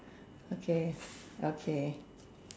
okay okay